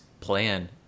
plan